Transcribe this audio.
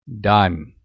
done